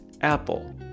Apple